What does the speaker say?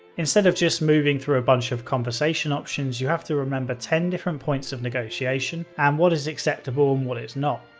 instead of just moving through a bunch of conversation options, you have to remember ten different points of negotiation and what is acceptable and what is not.